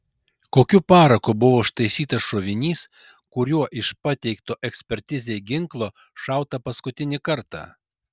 kokiu paraku buvo užtaisytas šovinys kuriuo iš pateikto ekspertizei ginklo šauta paskutinį kartą